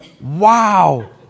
wow